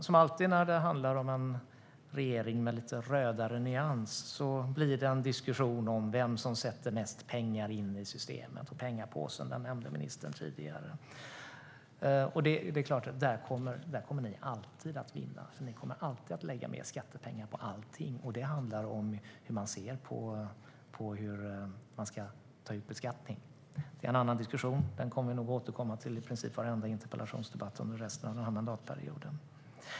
Som alltid när det handlar om en regering med lite rödare nyans blir det en diskussion om vem som sätter in mest pengar i systemet. Ministern nämnde pengapåsen tidigare. Det är klart att ni alltid kommer att vinna där, Helene Hellmark Knutsson, för ni kommer alltid att lägga mer skattepengar på allting. Det handlar om hur man ser på beskattning. Det är en annan diskussion, och den kommer vi nog att återkomma till i princip i varenda interpellationsdebatt under resten av den här mandatperioden.